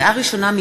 לקריאה ראשונה,